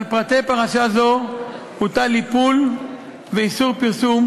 על פרטי פרשה זו הוטל איפול ואיסור פרסום,